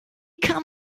kann